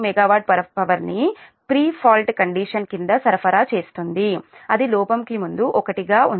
u MW power ని pre fault condition కింద సరఫరా చేస్తుంది అది లోపం కు ముందు 1 గా ఉంది